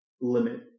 limit